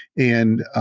and